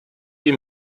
wie